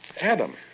Adam